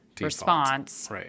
response